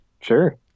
Sure